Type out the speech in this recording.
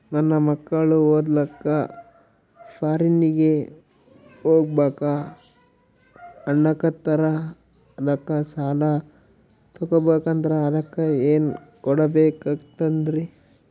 ನನ್ನ ಮಕ್ಕಳು ಓದ್ಲಕ್ಕ ಫಾರಿನ್ನಿಗೆ ಹೋಗ್ಬಕ ಅನ್ನಕತ್ತರ, ಅದಕ್ಕ ಸಾಲ ತೊಗೊಬಕಂದ್ರ ಅದಕ್ಕ ಏನ್ ಕೊಡಬೇಕಾಗ್ತದ್ರಿ?